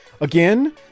Again